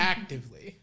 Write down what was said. Actively